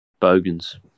Bogans